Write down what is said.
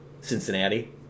Cincinnati